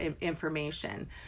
information